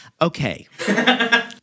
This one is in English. okay